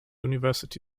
university